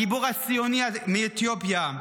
הגיבור הציוני מאתיופיה,